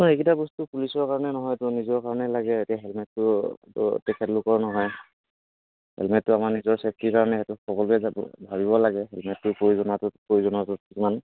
নহয় সেইকেইটা বস্তু পুলিচৰ কাৰণে নহয় সেইটো নিজৰ কাৰণে লাগে এতিয়া হেলমেটতো সেইটো তেখেতলোকৰ নহয় হেলমেটতো আমাৰ নিজৰ চেফটিৰ কাৰণে সেইটো সকলোৱে ভাবিব লাগে হেলমেটটোৰ প্ৰয়োজনীয়তাটো প্ৰয়োজনীয়তাটো কিমান